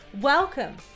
Welcome